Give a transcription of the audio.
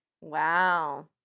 Wow